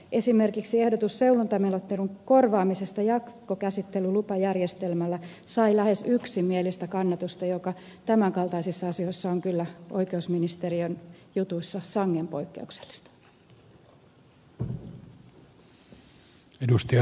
esimerkiksi ehdotus seulontamenettelyn korvaamisesta jatkokäsittely lupajärjestelmällä sai lähes yksimielistä kannatusta mikä tämän kaltaisissa asioissa on kyllä oikeusministeriön jutuissa sangen poikkeuksellista